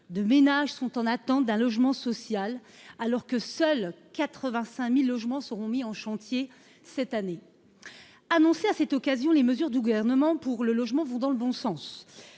aujourd’hui en attente d’un logement social, alors que 85 000 logements seulement seront mis en chantier cette année. Annoncées à cette occasion, les mesures du Gouvernement pour le logement vont dans le bon sens